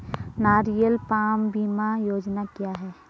नारियल पाम बीमा योजना क्या है?